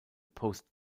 post